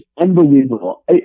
unbelievable